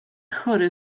chory